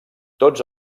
tots